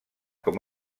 com